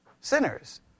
Sinners